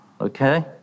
okay